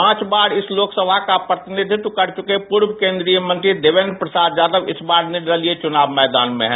पांच बार इस लोकसभा का प्रतिनिधित्व कर चुके पूर्व केन्द्रीय मंत्री देवेन्द्र प्रसाद यादव इस बार निर्दलीय उम्मीदवार के रूप में चुनाव मैदान में हैं